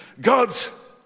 God's